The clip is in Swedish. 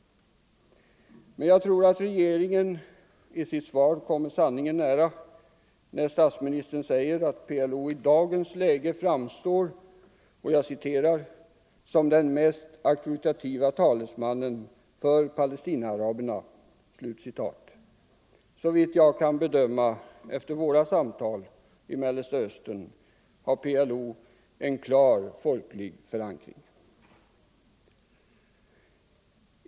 Men jag tror att regeringen i sitt svar kommer sanningen ganska nära när statsministern säger att PLO i dagens läge framstår som ”den mest auktorativa talesmannen för palestinaaraberna”. Såvitt jag kan bedöma efter våra samtal i Mellersta Östern har PLO en klar folklig förankring.